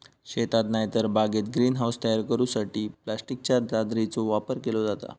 शेतात नायतर बागेत ग्रीन हाऊस तयार करूसाठी प्लास्टिकच्या चादरीचो वापर केलो जाता